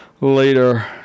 later